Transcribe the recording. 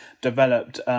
developed